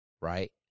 right